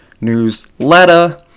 newsletter